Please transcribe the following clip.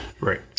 Right